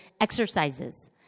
exercises